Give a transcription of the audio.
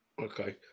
Okay